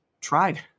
Tried